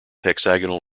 hexagonal